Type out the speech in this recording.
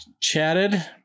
chatted